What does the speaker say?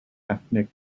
ethnic